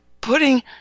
putting